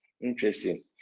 Interesting